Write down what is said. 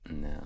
no